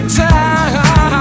time